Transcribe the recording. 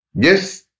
Yes